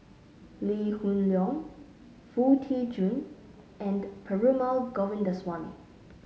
Lee Hoon Leong Foo Tee Jun and Perumal Govindaswamy